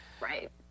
Right